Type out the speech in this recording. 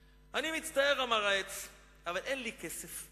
'אני מצטער', אמר העץ, 'אבל אין לי כסף .